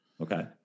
okay